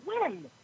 win